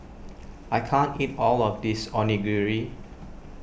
I can't eat all of this Onigiri